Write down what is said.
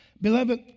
Beloved